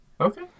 Okay